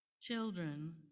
children